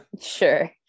Sure